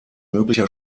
möglicher